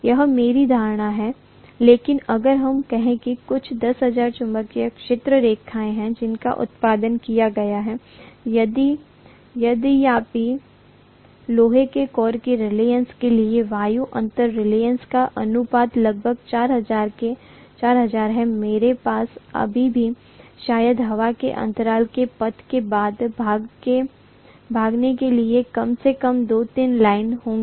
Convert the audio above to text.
यह मेरी धारणा है लेकिन अगर हम कहें कि कुछ 10000 चुंबकीय क्षेत्र रेखाएँ हैं जिनका उत्पादन किया गया है यद्यपि लोहे के कोर की रीलक्टन्स के लिए वायु अंतर रीलक्टन्स का अनुपात लगभग 4000 है मेरे पास अभी भी शायद हवा के अंतराल के पथ के बाद भागने के लिए कम से कम 2 3 लाइनें होंगी